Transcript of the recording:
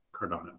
Cardano